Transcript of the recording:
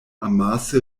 amase